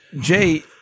Jay